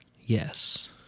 yes